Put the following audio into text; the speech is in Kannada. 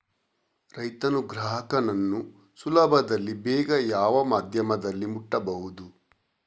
ರೈತನು ಗ್ರಾಹಕನನ್ನು ಸುಲಭದಲ್ಲಿ ಬೇಗ ಯಾವ ಮಾಧ್ಯಮದಲ್ಲಿ ಮುಟ್ಟಬಹುದು?